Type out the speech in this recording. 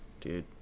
dude